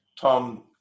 Tom